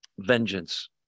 Vengeance